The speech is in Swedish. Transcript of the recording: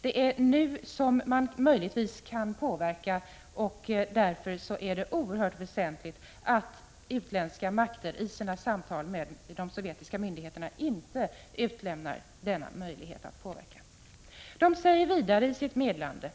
Det är nu som man möjligtvis kan påverka utvecklingen, och därför är det oerhört väsentligt att utländska stater i sina samtal med de sovjetiska myndigheterna inte underlåter att utnyttja denna möjlighet. De ryska vetenskapsmännen säger vidare i sitt meddelande